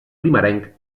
primerenc